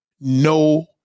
no